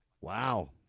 Wow